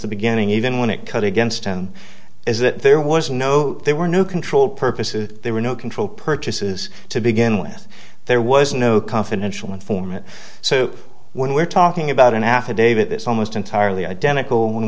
the beginning even when it cut against him is that there was no there were no control purposes there were no control purchases to begin with there was no confidential informant so when we're talking about an affidavit it's almost entirely identical when